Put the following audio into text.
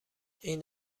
این